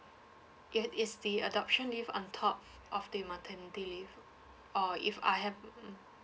it is the adoption leave on top of the maternity leave or if I have mm mm